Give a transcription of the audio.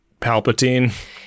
Palpatine